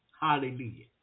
Hallelujah